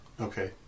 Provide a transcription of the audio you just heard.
Okay